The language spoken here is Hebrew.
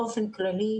באופן כללי,